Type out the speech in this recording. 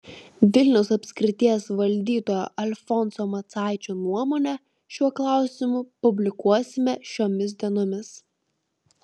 vilniaus apskrities valdytojo alfonso macaičio nuomonę šiuo klausimu publikuosime šiomis dienomis